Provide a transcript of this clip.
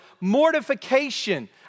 mortification